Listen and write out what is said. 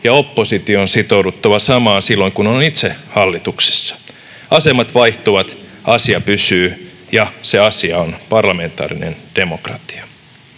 ja opposition on sitouduttava samaan silloin, kun on itse hallituksessa. Asemat vaihtuvat, asia pysyy, ja se asia on parlamentaarinen demokratia.